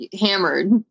hammered